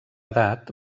edat